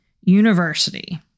University